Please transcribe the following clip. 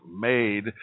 made